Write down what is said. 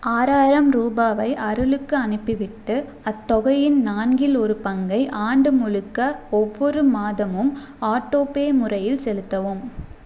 ஆறாயிரம் ரூபாயை அருளுக்கு அனுப்பிவிட்டு அத்தொகையின் நான்கில் ஒரு பங்கை ஆண்டு முழுக்க ஒவ்வொரு மாதமும் ஆட்டோபே முறையில் செலுத்தவும்